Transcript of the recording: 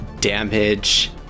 damage